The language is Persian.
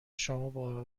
شما